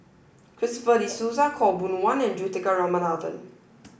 Christopher De Souza Khaw Boon Wan and Juthika Ramanathan